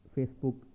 Facebook